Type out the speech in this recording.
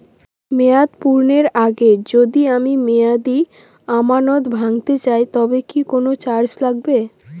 মেয়াদ পূর্ণের আগে যদি আমি মেয়াদি আমানত ভাঙাতে চাই তবে কি কোন চার্জ লাগবে?